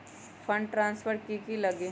Fund transfer कि की लगी?